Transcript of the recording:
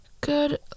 Good